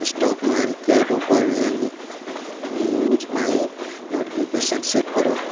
stock market ଉପରେ news ପାଇଁ notification set କର